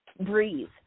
breathe